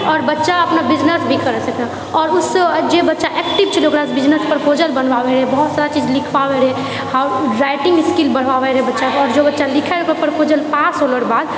आओर बच्चा अपना बिजनेस भी करि सकै है आओर उसमे जे बच्चा एक्टिव छलै हँ ओकरासे बिजनेस प्रपोजल बनवावेै हँ बहुत्त सारा चीज लिखवावै रहै हाउ राइटिंग स्किल बढ़वावै रहै बच्चाके आओर जो बच्चा लिखए प्रपोजल पास होलाहके बाद